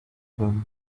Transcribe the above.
him